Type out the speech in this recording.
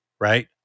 right